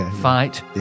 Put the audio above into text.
fight